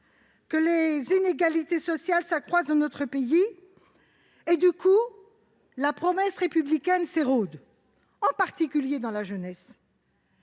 que les inégalités sociales s'accroissent dans notre pays et que la promesse républicaine s'érode, en particulier dans la jeunesse.